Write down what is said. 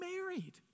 married